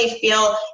feel